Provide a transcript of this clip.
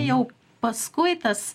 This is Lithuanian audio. jau paskui tas